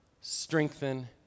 strengthen